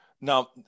Now